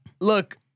Look